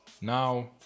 Now